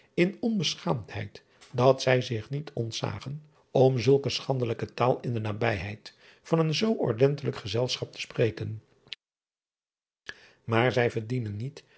in onbeschaamdheid dat zij zich niet ontzagen om zulke schandelijke taal in de nabijheid van een zoo ordentelijk gezelschap te spreken aar zij verdienen niet